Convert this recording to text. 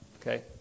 Okay